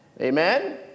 Amen